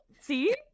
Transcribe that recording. See